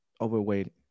overweight